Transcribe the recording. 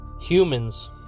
humans